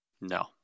No